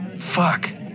Fuck